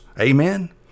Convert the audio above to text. Amen